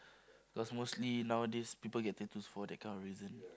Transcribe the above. cause mostly nowadays people get tattoos for that kind of reason